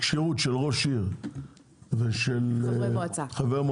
כשירות של ראש עיר ושל חבר מועצה,